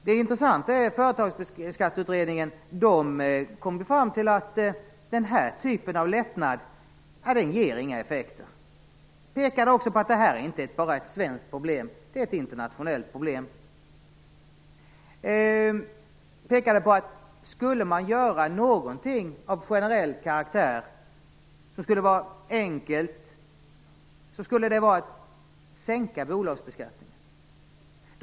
Det intressanta är att man i Företagsskatteutredningen kom fram till att den här typen av lättnad inte ger några effekter. Man pekade också på att det inte bara är ett svenskt problem utan även ett internationellt problem. Man sade att skulle det göras något av generell karaktär som var enkelt så skulle det vara att sänka bolagsbeskattningen.